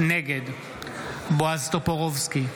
נגד בועז טופורובסקי,